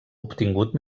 obtingut